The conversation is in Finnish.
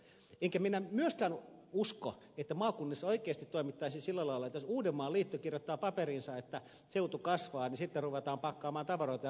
enkä minä myöskään usko että maakunnissa oikeasti toimittaisiin sillä lailla että jos uudenmaan liitto kirjoittaa paperiinsa että seutu kasvaa niin sitten ruvetaan pakkaamaan tavaroita ja muuttamaan tänne